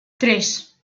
tres